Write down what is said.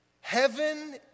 Heaven